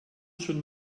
schon